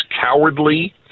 cowardly